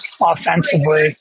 offensively